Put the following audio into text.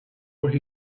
where